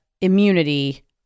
immunity